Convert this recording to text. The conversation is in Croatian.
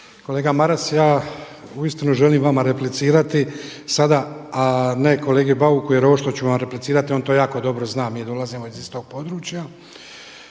Kolega Maras, ja uistinu želim vama replicirati sada, a ne kolegi Bauku jer ovo što ću vam replicirati on to jako dobro zna. Mi dolazimo iz istog područja.